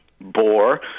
bore